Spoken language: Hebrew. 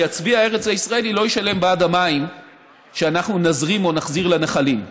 כי הצבי הארץ-ישראלי לא ישלם בעד המים שאנחנו נזרים או נחזיר לנחלים.